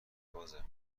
بازه